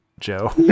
Joe